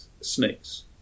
snakes